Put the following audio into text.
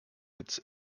its